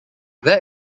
that